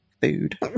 food